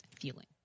feeling